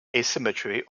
asymmetry